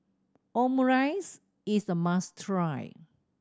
omurice is a must try